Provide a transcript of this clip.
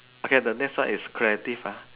okay the next one is creative ah